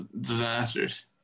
Disasters